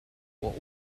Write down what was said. were